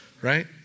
Right